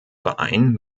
verein